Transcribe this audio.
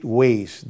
ways